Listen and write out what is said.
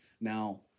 Now